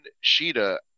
Sheeta